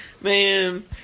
man